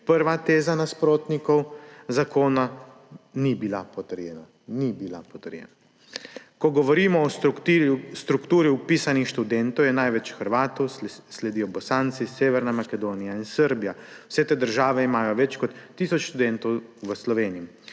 Prva teza nasprotnikov zakona ni bila potrjena, ni bila potrjena. Ko govorimo o strukturi vpisanih študentov, je največ Hrvatov, sledijo Bosanci, Severna Makedonija in Srbija. Vse te države imajo več kot tisoč študentov v Sloveniji.